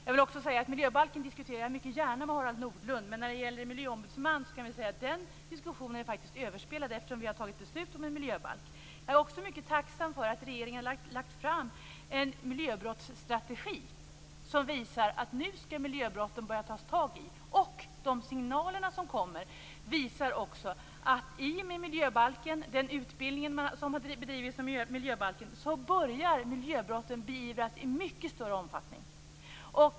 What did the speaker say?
Jag vill också säga att jag mycket gärna diskuterar miljöbalken med Harald Nordlund, men diskussionen om en miljöombudsman är faktiskt överspelad eftersom vi har fattat beslut om en miljöbalk. Jag är också mycket tacksam för att regeringen lagt fram en miljöbrottsstrategi som visar att man nu skall börja ta tag i miljöbrotten. De signaler som kommer visar också att miljöbrotten börjar beivras i mycket större omfattning som en följd av den utbildning som har bedrivits om miljöbalken.